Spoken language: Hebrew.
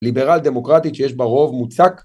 ליברל דמוקרטית שיש ברוב מוצק